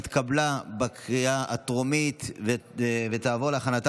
התקבלה בקריאה הטרומית ותעבור להכנתה